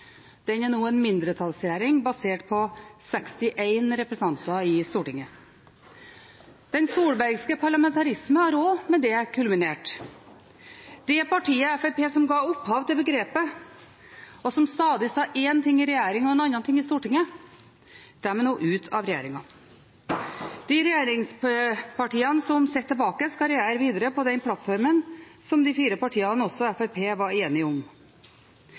Den er nå en mindretallsregjering basert på 61 representanter i Stortinget. Den solbergske parlamentarisme har også med det kulminert. Det partiet som ga opphav til begrepet, og som stadig sa én ting i regjering og noe annet i Stortinget, Fremskrittspartiet, er nå ute av regjeringen. De regjeringspartiene som sitter tilbake, skal regjere videre på den plattformen som de fire partiene, inkludert Fremskrittspartiet, var enige om.